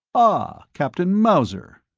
ah, captain mauser.